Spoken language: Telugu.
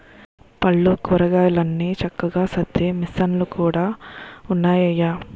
పళ్ళు, కూరగాయలన్ని చక్కగా సద్దే మిసన్లు కూడా ఉన్నాయయ్య